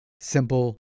Simple